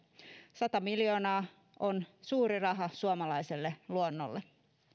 sata miljoonaa on suuri raha suomalaiselle luonnolle